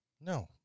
No